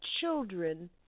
children